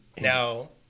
Now